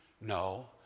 No